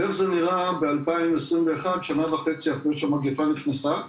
ואיך זה נראה ב-2021 שנה וחצי אחרי שהמגפה נכנסה.